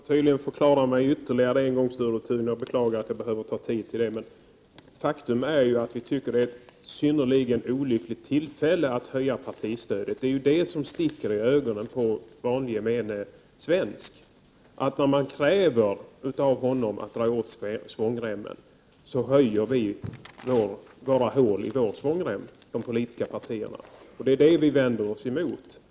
Herr talman! Jag får tydligen förklara mig ytterligare för Sture Thun. Jag beklagar att jag behöver ta tid i anspråk för detta. Ett faktum är emellertid att vi tycker att det är ett synnerligen olämpligt tillfälle att höja partistödet. Det sticker i ögonen på gemene man. Medan vi kräver av honom att han skall dra åt svångremmen, ökar vi politiska partier hålen i vår svångrem. Detta vänder vi oss emot.